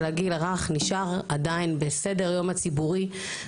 הגיל הרך נשאר עדיין בסדר היום הציבורי,